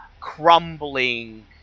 crumbling